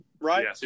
Right